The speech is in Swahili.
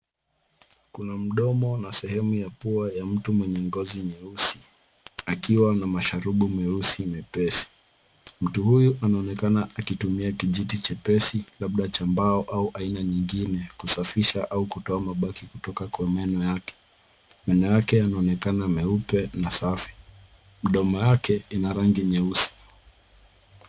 Kuna mdomo na sehemu ya pua ya mtu mwenye ngozi nyeusi akiwa na masharubu meusi mepesi. Mtu huyu anaonekana akitumia kijiti chepesi labda cha mbao au aina nyengine kusafisha au toa mabaki kutoka kwa meno yake. Meno yake yanaonekana meupe na safi. Mdomo wake ina rangi nyeusi.